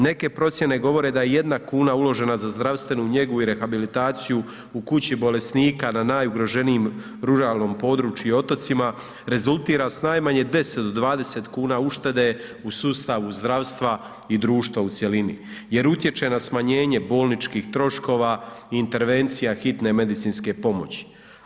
Neke procjene govore da i 1 kuna uložena za zdravstvenu njegu i rehabilitaciju u kući bolesnika na najugroženijim ruralnim područjima i otocima rezultira s najmanje 10 do 20 kuna uštede u sustavu zdravstva i društva u cjelini jer utječe na smanjenje bolničkih troškova i intervencija hitne medicinske pomoći.